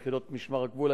יחידות משמר הגבול,